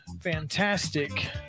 fantastic